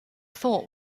thought